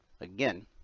again